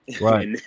Right